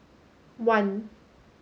one